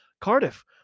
Cardiff